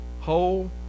whole